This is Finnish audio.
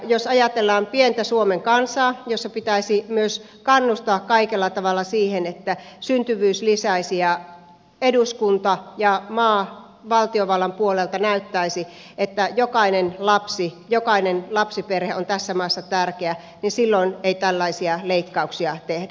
jos ajatellaan pientä suomen kansaa jossa pitäisi myös kannustaa kaikella tavalla siihen että syntyvyyttä lisättäisiin ja eduskunta ja maa valtiovallan puolelta näyttäisi että jokainen lapsi jokainen lapsiperhe on tässä maassa tärkeä niin silloin ei tällaisia leikkauksia tehdä